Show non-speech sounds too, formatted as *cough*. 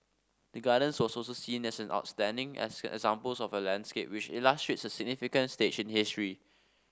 the gardens was also seen as an outstanding *unintelligible* examples of a landscape which illustrates a significant stage in history